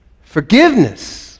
forgiveness